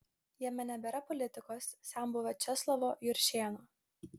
jame nebėra politikos senbuvio česlovo juršėno